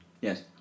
Yes